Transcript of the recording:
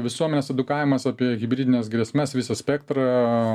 visuomenės edukavimas apie hibridines grėsmes visą spektrą